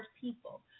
people